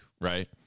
right